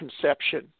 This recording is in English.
conception